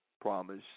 promise